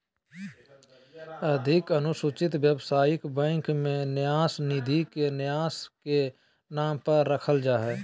अधिक अनुसूचित व्यवसायिक बैंक में न्यास निधि के न्यास के नाम पर रखल जयतय